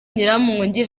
nyiramongi